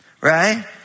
right